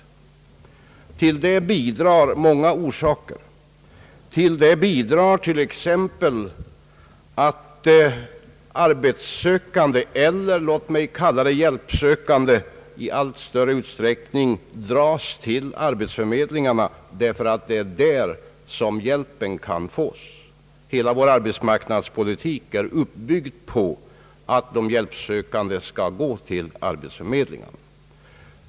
Härtill bidrar många orsaker, t.ex. att arbetssökande eller låt mig säga hjälpsökande i allt större utsträckning dras till arbetsförmedlingarna därför att det är där som hjälpen kan fås. Hela vår arbetsmarknadspolitik är uppbyggd på den grunden, att de hjälpsökande skall gå till arbetsförmedlingarna.